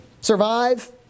survive